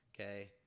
okay